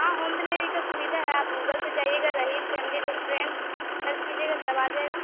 ہاں home delivery کا سویدھا ہے آپ گوگل پہ جائیےرحیم فیملی ریسٹورینٹ سرچ کیجیے گا سب آ جائے گا